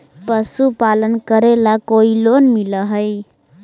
पशुपालन करेला कोई लोन मिल हइ?